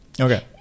Okay